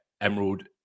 Emerald